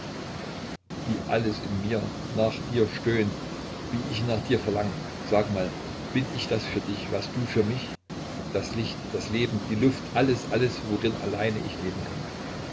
wie alles in mir nach dir stöhnt wie ich nach dir verlange sag mal bin ich das für dich was du für mich das licht das leben die luft alles alles worin allein ich leben kann